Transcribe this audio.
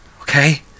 okay